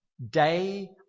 Day